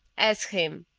ask him.